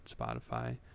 Spotify